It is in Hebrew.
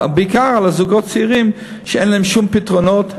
בעיקר על הזוגות הצעירים שאין להם שום פתרונות,